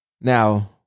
Now